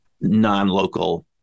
non-local